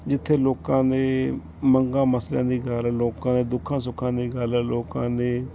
ਜਿੱਥੇ ਲੋਕਾਂ ਦੇ ਮੰਗਾਂ ਮਸਲਿਆਂ ਦੀ ਗੱਲ ਲੋਕਾਂ ਦੇ ਦੁੱਖਾਂ ਸੁੱਖਾਂ ਦੀ ਗੱਲ ਹੈ ਲੋਕਾਂ ਦੇ